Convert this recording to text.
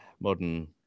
modern